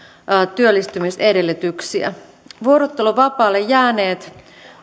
työllistymisedellytyksiä vuorotteluvapaalle jääneet